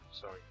Sorry